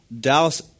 Dallas